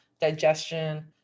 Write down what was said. digestion